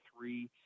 three